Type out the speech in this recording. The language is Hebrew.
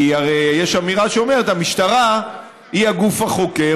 כי יש אמירה שאומרת שהמשטרה היא הגוף החוקר